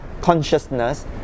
consciousness